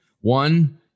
one